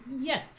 Yes